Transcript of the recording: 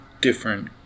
different